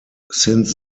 since